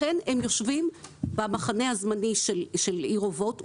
לכן הם יושבים במחנה הזמני של עיר אובות.